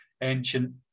ancient